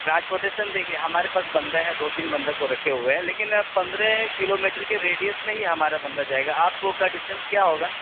transportation دیکھیے ہمارے پاس بندہ ہے دو تین بندہ کو رکھے ہوئے ہیں لیکن پندرہ کلو میٹر کے ریڈیئس میں ہی ہمارا بندہ جائے گا آپ کو کا ڈسٹینس کیا ہوگا